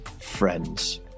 friends